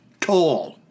tall